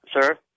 Sir